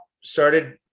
started